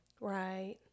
Right